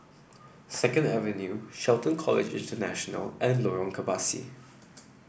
Second Avenue Shelton College International and Lorong Kebasi